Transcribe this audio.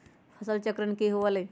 फसल चक्रण की हुआ लाई?